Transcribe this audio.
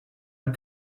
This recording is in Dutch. een